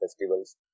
festivals